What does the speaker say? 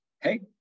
hey